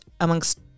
amongst